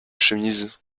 chemise